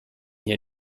hier